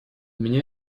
меня